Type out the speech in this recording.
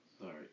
sorry